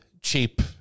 cheap